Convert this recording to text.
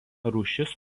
rūšis